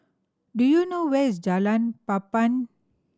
do you know where is Jalan Papan